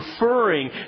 referring